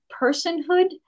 personhood